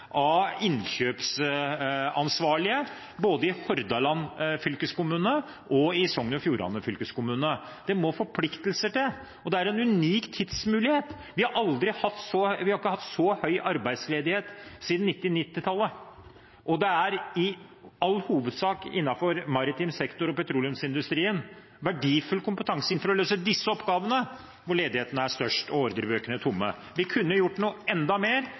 av innkjøpsansvarlige både i Hordaland fylkeskommune og i Sogn og Fjordane fylkeskommune. Det må forpliktelser til, og det er en unik tidsmulighet. Vi har ikke hatt så høy arbeidsledighet siden 1990-tallet. Det er i all hovedsak innenfor maritim sektor og petroleumsindustrien med verdifull kompetanse for å løse disse oppgavene, hvor ledigheten er størst og ordrebøkene tomme. Vi kunne gjort enda mer